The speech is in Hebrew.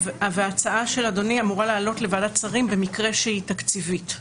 ההצעה של אדוני אמורה לעלות לוועדת השרים במקרה שהיא תקציבית.